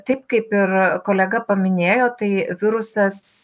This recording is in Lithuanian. taip kaip ir kolega paminėjo tai virusas